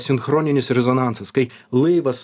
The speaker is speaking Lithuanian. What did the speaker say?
sinchroninis rezonansas kai laivas